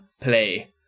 play